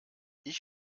ich